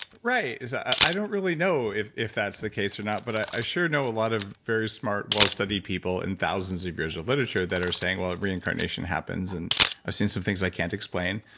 right. i don't really know if if that's the case or not. but i sure know a lot of very smart, well studied people in thousands of years of literature that are saying well, a reincarnation happens and i've seen some things i can't explain.